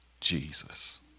Jesus